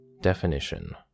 definition